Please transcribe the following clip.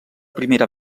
primera